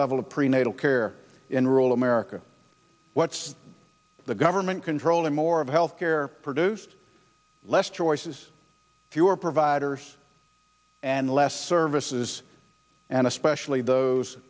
level of prenatal care in rural america what's the government controlling more of health care produced less choices fewer providers and less services and especially those